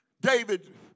David